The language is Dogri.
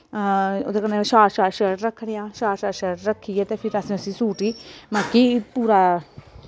उ'दे कन्नै शार्ट शार्ट शर्ट रक्खने आं शार्ट शार्ट शर्ट रक्खियै ते फिर असें उस्सी सूट ही मतलब कि पूरा